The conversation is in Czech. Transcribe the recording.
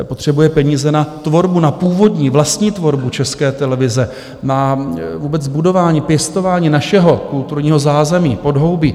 Potřebuje peníze na tvorbu, na původní, vlastní tvorbu České televize, na vůbec budování, pěstování našeho kulturního zázemí, podhoubí.